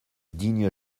digne